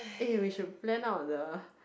eh we should plan out the